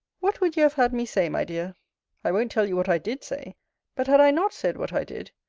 what would you have had me say, my dear i won't tell you what i did say but had i not said what i did,